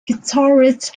guitarist